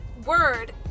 word